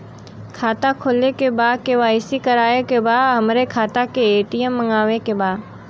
खाता खोले के बा के.वाइ.सी करावे के बा हमरे खाता के ए.टी.एम मगावे के बा?